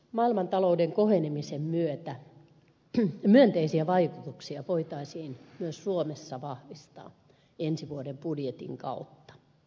maailmantalouden kohenemisen myönteisiä vaikutuksia voitaisiin myös suomessa vahvistaa ensi vuoden budjetin kautta